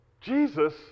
Jesus